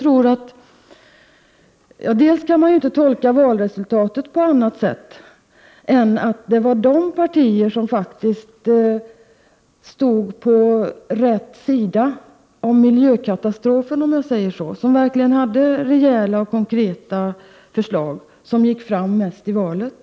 Man kan inte tolka valresultatet på annat sätt än att det var de partier som så att säga stod på rätt sida om miljökatastrofen och verkligen hade rejäla och konkreta förslag som gick Prot. 1988/89:46 fram mest i valet.